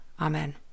Amen